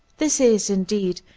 this is, indeed,